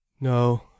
No